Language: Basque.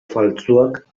faltsuak